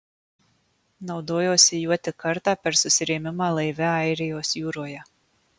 naudojosi juo tik kartą per susirėmimą laive airijos jūroje